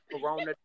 corona